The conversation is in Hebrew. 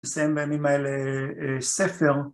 ‫לסיים בימים האלה ספר.